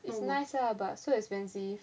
it's nice ah but so expensive